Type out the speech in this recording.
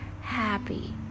happy